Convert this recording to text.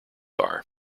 are